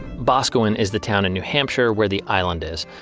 boscawen is the town in new hampshire where the island is.